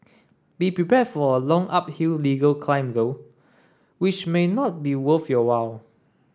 be prepared for a long uphill legal climb though which may not be worth your while